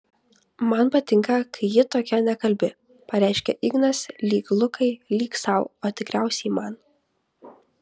man patinka kai ji tokia nekalbi pareiškia ignas lyg lukai lyg sau o tikriausiai man